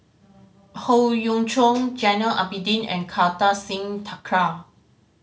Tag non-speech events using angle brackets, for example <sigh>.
Howe Yoon Chong <unintelligible> Abidin and Kartar Singh Thakral